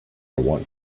want